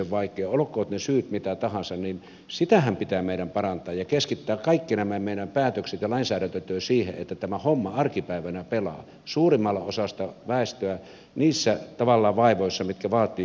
olkoot ne syyt mitä tahansa niin sitähän meidän pitää parantaa ja keskittää kaikki nämä meidän päätöksemme ja lainsäädäntötyö siihen että tämä homma arkipäivänä pelaa suurimmalla osalla väestöä niissä vaivoissa mitkä vaativat pikaista hoitoa